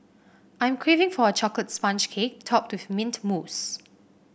I'm craving for a chocolate sponge cake topped with mint mousse